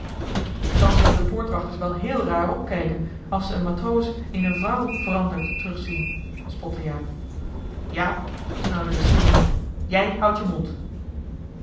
dan zullen de poortwachters wel hèèl raar opkijken als ze een matroos in een vrouw veranderd terug zien spotte jaap jaap snauwde de stuurman jij houdt je mond